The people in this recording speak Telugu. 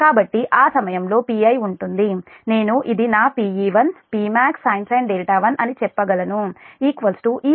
కాబట్టి ఆ సమయంలో Pi ఉంటుంది నేను ఇది నాPe1 Pmax sin 1 అని చెప్పగలను ఈ సమయంలో Pi Pe1